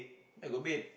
where got bed